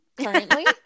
currently